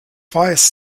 weiß